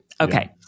Okay